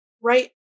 right